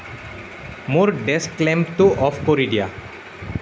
মোৰ ডেস্ক লেম্পটো অফ কৰি দিয়া